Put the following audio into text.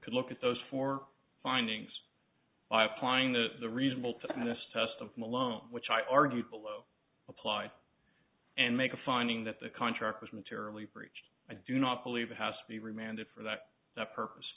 could look at those four findings by applying the reasonable tennis test of malone which i argued below applied and make a finding that the contract was materially breeched i do not believe it has to be remanded for that purpose